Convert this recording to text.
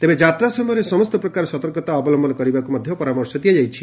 ତେବେ ଯାତ୍ରା ସମୟରେ ସମସ୍ତ ପ୍ରକାର ସତର୍କତା ଅବଲୟନ କରିବାକୁ ପରାମର୍ଶ ଦିଆଯାଇଛି